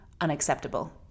unacceptable